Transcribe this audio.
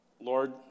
Lord